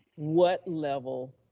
what level,